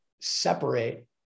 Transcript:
separate